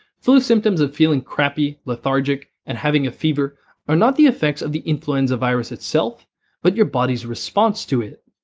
flu symptoms of feeling crappy, lethargic, and having a fever are not the effects of the influenza virus itself but your body's response to it.